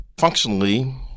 Functionally